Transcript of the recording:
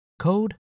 code